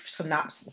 synopsis